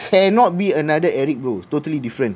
cannot be another eric bro totally different